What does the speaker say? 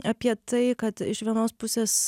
apie tai kad iš vienos pusės